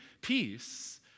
peace